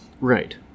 Right